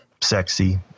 sexy